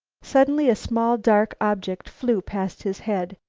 suddenly a small, dark object flew past his head.